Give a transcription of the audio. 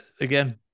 again